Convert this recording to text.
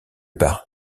par